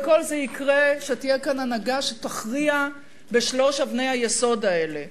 וכל זה יקרה כשתהיה כאן הנהגה שתכריע בשלוש אבני היסוד האלה,